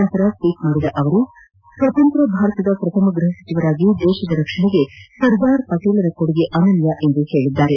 ಬಳಿಕ ಟ್ವೀಟ್ ಮಾಡಿದ ಪ್ರಧಾನಿ ಸ್ವತಂತ್ರ ಭಾರತದ ಪ್ರಥಮ ಗೃಹ ಸಚಿವರಾಗಿ ದೇಶದ ರಕ್ಷಣೆಗೆ ಸರ್ದಾರ್ ಪಟೇರ ಕೊಡುಗೆ ಅನನ್ಯ ಎಂದಿದ್ದಾರೆ